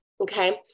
Okay